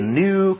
new